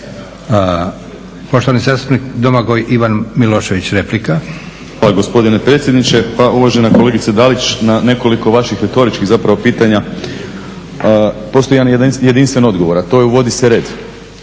**Milošević, Domagoj Ivan (HDZ)** Hvala gospodine predsjedniče. Pa uvažena kolegice Dalić, na nekoliko vaših retoričkih zapravo pitanja postoji jedan jedinstveni odgovor, a to je uvodi se red.